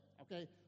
Okay